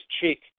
Cheek